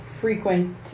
frequent